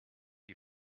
you